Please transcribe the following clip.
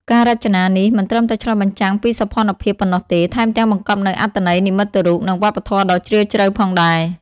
ការរចនានេះមិនត្រឹមតែឆ្លុះបញ្ចាំងពីសោភ័ណភាពប៉ុណ្ណោះទេ ថែមទាំងបង្កប់នូវអត្ថន័យនិមិត្តរូប និងវប្បធម៌ដ៏ជ្រាលជ្រៅផងដែរ។